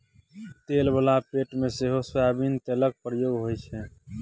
तेल बला पेंट मे सेहो सोयाबीन तेलक प्रयोग होइ छै